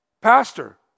pastor